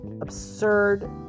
absurd